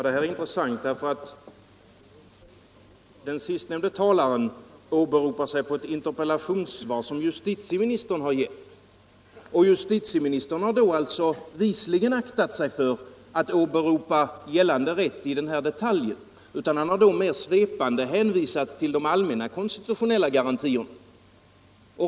Herr talman! Det här är intressant. Den senaste talaren åberopar sig på ett interpellationssvar som justitieministern har gett. Justitieministern har visligen aktat sig för att åberopa gällande rätt i den här detaljen, utan han har mer svepande hänvisat till de allmänna konstitutionella garantierna.